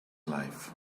life